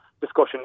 discussion